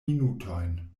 minutojn